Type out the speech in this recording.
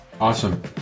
Awesome